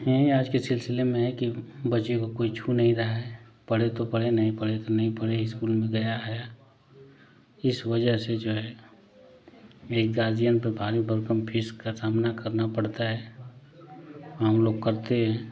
यही आज के सिलसिले में है कि बच्चे को कोई छू नहीं रहा है पढ़े तो पढ़े नहीं पढ़े तो नहीं पढ़े इस्कूल में गया है इस वजह से जो है एक गार्जियन पे भारी भरकम फीस का सामना करना पड़ता है हम लोग करते हैं